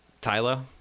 Tylo